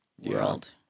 world